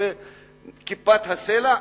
שזה כיפת-הסלע?